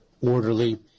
orderly